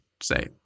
say